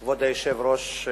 כבוד היושב-ראש,